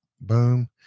Boom